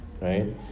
right